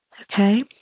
Okay